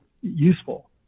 useful